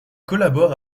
collabore